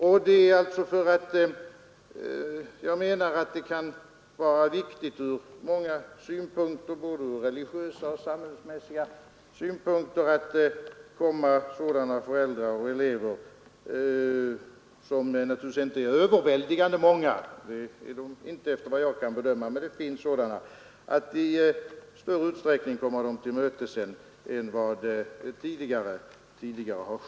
Jag anser alltså att det kan vara viktigt ur många synpunkter, både religiösa och samhälleliga, att komma sådana föräldrar och elever — som naturligtvis inte är överväldigande många, men som ändå finns — till mötes i större utsträckning än man har gjort tidigare.